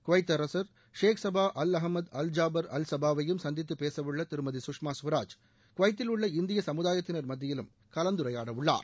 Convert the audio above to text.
Kuwait அரசர் Sheikh Sabah Al Ahmad Al Jaber அல்சபாவையும் சந்தித்து பேசவுள்ள திருமதி சுஷ்மா சுவராஜ் குவைத்தில் உள்ள இந்திய சமுதாயத்தினர் மத்தியிலும் கலந்துரையாடவுள்ளார்